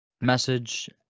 message